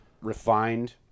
refined